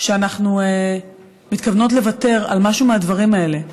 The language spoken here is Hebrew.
שאנחנו מתכוונות לוותר על משהו מהדברים האלה,